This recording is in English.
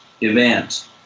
event